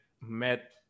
met